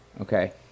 Okay